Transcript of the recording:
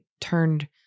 turned